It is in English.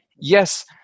Yes